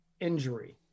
injury